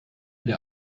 der